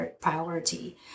priority